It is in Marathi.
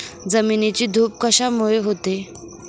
जमिनीची धूप कशामुळे होते?